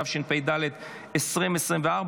התשפ"ד 2024,